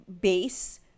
base